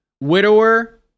Widower